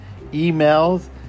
emails